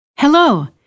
Hello